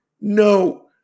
no